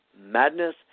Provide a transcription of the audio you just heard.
madness